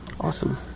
Awesome